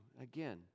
again